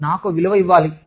నాకు విలువ ఇవ్వాలి